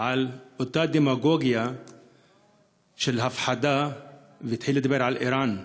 על אותה דמגוגיה של הפחדה והתחיל לדבר על איראן.